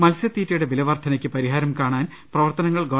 മത്സ്യ തീറ്റയുടെ വില വർധനക്ക് പരിഹാരം കാണാൻ പ്രവർത്തനങ്ങൾ ഗവ